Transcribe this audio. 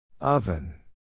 Oven